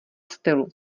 stylu